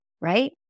right